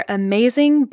amazing